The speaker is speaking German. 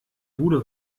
bude